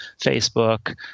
Facebook